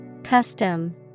Custom